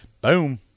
Boom